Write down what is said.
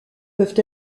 peuvent